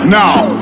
now